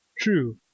True